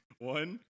One